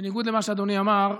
בניגוד למה שאדוני אמר,